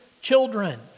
children